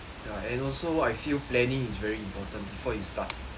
ya and also I feel planning is very important before you start